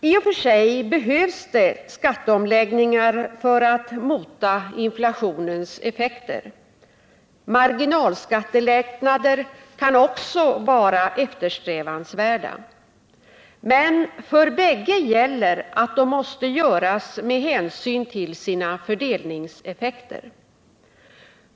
I och för sig behövs det skatteomläggningar för att mota inflationens effekter. Marginalskattelättnader kan också vara eftersträvansvärda. Men för bägge gäller att de måste göras med hänsyn till sina fördelningseffekter.